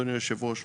אדוני יושב הראש,